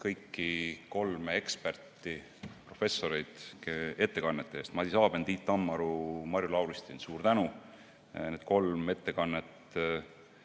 kõiki kolme eksperti, professoreid, ettekannete eest. Madis Aben, Tiit Tammaru, Marju Lauristin – suur tänu! Need kolm ettekannet